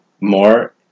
more